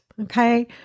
Okay